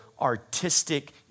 artistic